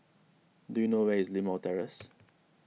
do you know where is Limau Terrace